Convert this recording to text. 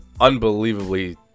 unbelievably